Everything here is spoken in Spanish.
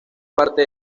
parte